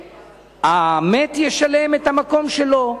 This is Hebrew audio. שהמת ישלם על המקום שלו?